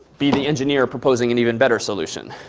be the engineer proposing an even better solution.